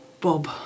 Bob